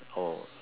or